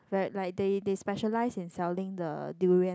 like like they specialise in selling the durian